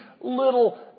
little